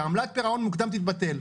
'עמלת פירעון מוקדם תתבטל'.